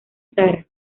sara